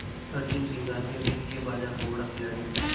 अर्जुन सिंघानिया वित्तीय बाजार का बड़ा खिलाड़ी है